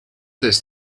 this